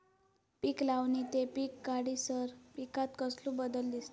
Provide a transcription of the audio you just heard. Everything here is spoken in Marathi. पीक लावणी ते पीक काढीसर पिकांत कसलो बदल दिसता?